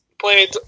played